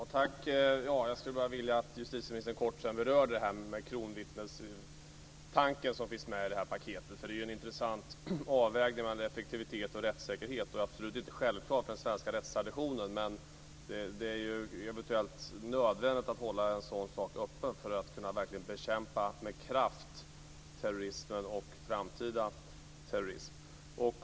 Fru talman! Jag skulle bara vilja att justitieministern kort berörde kronvittnestanken som finns med i paketet. Det är en intressant avväg när det gäller effektivitet och rättssäkerhet och absolut inte självklart i den svenska rättstraditionen. Men det är eventuellt nödvändigt att hålla en sådan sak öppen för att verkligen med kraft kunna bekämpa terrorismen och framtida terrorism.